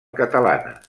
catalana